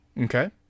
Okay